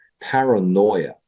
paranoia